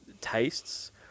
tastes